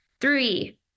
Three